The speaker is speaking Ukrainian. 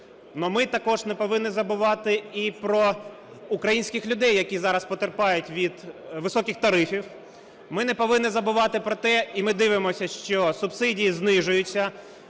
Ну ми також не повинні забувати і про українських людей, які зараз потерпають від високих тарифів. Ми не повинні забувати про те, і ми дивимося, що субсидії знижуються,